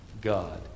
God